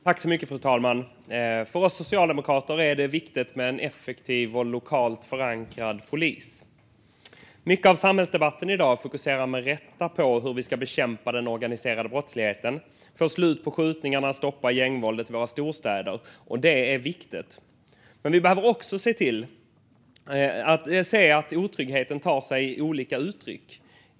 Fru talman! För oss socialdemokrater är det viktigt med en effektiv och lokalt förankrad polis. Mycket av samhällsdebatten i dag fokuserar med rätta på hur vi ska bekämpa den organiserade brottsligheten, få slut på skjutningarna och stoppa gängvåldet i våra storstäder. Det är viktigt. Men vi behöver också se att otryggheten tar sig olika uttryck.